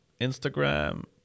Instagram